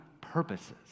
purposes